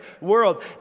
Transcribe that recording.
world